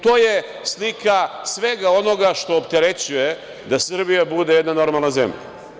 To je slika svega onoga što opterećuje da Srbija bude jedna normalna zemlja.